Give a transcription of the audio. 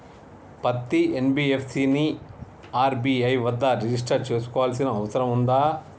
పత్తి ఎన్.బి.ఎఫ్.సి ని ఆర్.బి.ఐ వద్ద రిజిష్టర్ చేసుకోవాల్సిన అవసరం ఉందా?